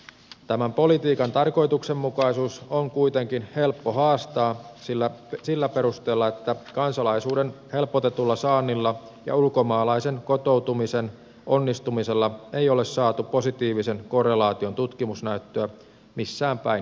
tämän politiikan tarkoituksenmukaisuus on kuitenkin helppo haastaa sillä perusteella että kansalaisuuden helpotetulla saannilla ja ulkomaalaisen kotoutumisen onnistumisella ei ole saatu positiivisen korrelaation tutkimusnäyttöä missään päin maailmaa